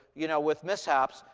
you know, with mishaps,